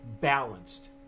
balanced